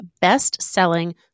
best-selling